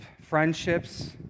friendships